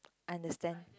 understand